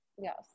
Yes